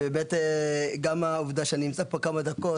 וגם העובדה שאני נמצא פה כמה דקות,